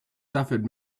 suffered